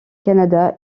canada